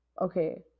okay